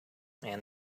and